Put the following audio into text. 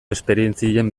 esperientzien